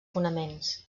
fonaments